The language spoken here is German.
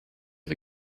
all